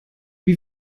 wie